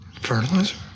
Fertilizer